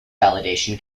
validation